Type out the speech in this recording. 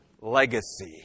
legacy